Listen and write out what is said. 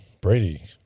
Brady